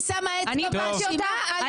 את